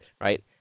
right